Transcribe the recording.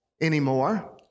anymore